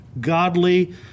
godly